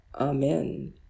Amen